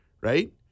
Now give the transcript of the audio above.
right